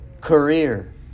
career